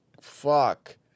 Fuck